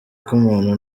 k’umuntu